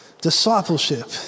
Discipleship